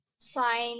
Fine